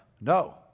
No